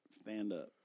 stand-up